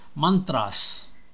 mantras